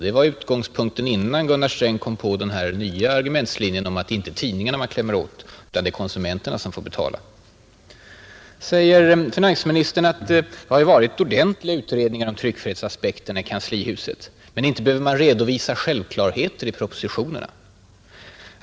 Det var utgångspunkten — innan Gunnar Sträng kom på den nya argumentlinjen om att det inte är tidningarna man klämmer åt utan att det är konsumenterna som får betala. Därefter säger finansministern att det i kanslihuset företagits ordentliga utredningar om tryckfrihetsaspekterna men att man inte i propositionerna behöver redovisa ”självklarheter”.